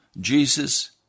Jesus